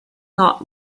not